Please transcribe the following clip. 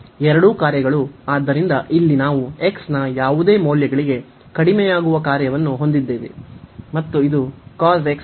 ಎರಡೂ ಕಾರ್ಯಗಳು ಆದ್ದರಿಂದ ಇಲ್ಲಿ ನಾವು x ನ ಯಾವುದೇ ಮೌಲ್ಯಗಳಿಗೆ ಕಡಿಮೆಯಾಗುವ ಕಾರ್ಯವನ್ನು ಹೊಂದಿದ್ದೇವೆ